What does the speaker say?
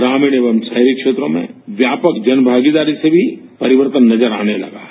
ग्रामीण एवं शहरी क्षेत्रों में व्यापक जनभागीदारी से भी परिवर्तन नजर आने लगा है